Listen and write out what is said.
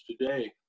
today